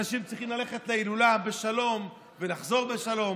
אנשים צריכים ללכת להילולה בשלום ולחזור בשלום.